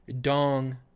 dong